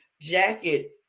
jacket